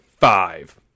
five